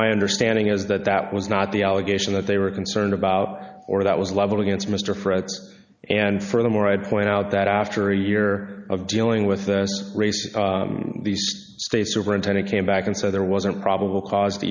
my understanding is that that was not the allegation that they were concerned about or that was leveled against mr fred and furthermore i'd point out that after a year of dealing with race in these states superintendent came back and said there wasn't probable cause